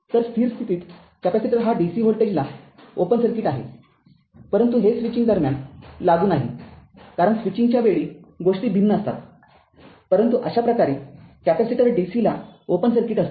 तर स्थिर स्थितीत कॅपेसिटर हा dc व्होल्टेजला ओपन सर्किट आहे परंतु हे स्विचिंग दरम्यान लागू नाही कारण स्विचिंगच्या वेळी गोष्टी भिन्न असतात परंतु अशा प्रकारे कॅपेसिटर dc ला ओपन सर्किट असतो